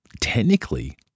Technically